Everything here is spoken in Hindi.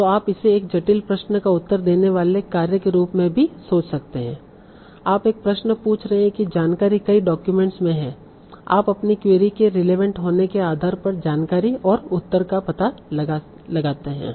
तो आप इसे एक जटिल प्रश्न का उत्तर देने वाले कार्य के रूप में भी सोच सकते हैं आप एक प्रश्न पूछ रहे हैं कि जानकारी कई डाक्यूमेंट्स में है आप अपनी क्वेरी के रिलेवेंट होने के आधार पर जानकारी और उत्तर का पता लगाते हैं